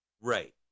Right